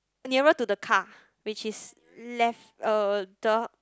nearer to the car which is left uh the